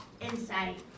insight